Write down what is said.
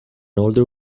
older